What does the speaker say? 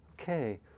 okay